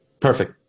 Perfect